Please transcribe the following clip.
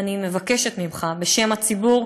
ואני מבקשת ממך, בשם הציבור,